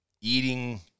eating